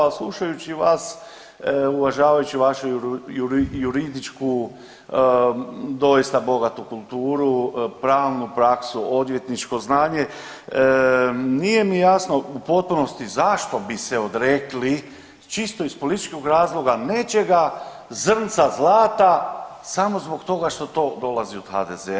Ali slušajući vas, uvažavajući vašu juridičku doista bogatu kulturu, pravnu praksu, odvjetničko znanje nije mi jasno u potpunosti zašto bi se odrekli čisto iz političkog razloga nečega, zrnca zlata samo zbog toga što to dolazi od HDZ-a?